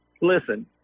Listen